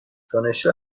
دانشجو